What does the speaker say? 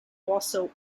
also